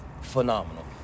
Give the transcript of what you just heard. phenomenal